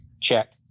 check